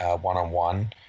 one-on-one